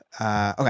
okay